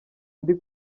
ndi